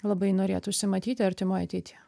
labai norėtųsi matyti artimoj ateity